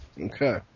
okay